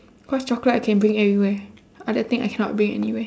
cause chocolate I can bring everywhere other thing I cannot bring anywhere